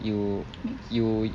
you you